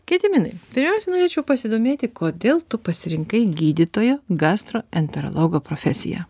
gediminai pirmiausia norėčiau pasidomėti kodėl tu pasirinkai gydytojo gastroenterologo profesiją